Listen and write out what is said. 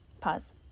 pause